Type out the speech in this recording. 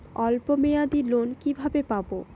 অল্প মেয়াদি লোন কিভাবে পাব?